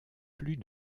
plus